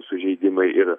sužeidimai ir